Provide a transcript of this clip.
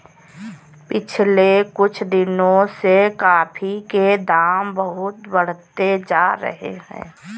पिछले कुछ दिनों से कॉफी के दाम बहुत बढ़ते जा रहे है